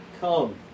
Come